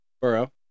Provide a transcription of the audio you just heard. Burrow